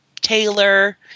Taylor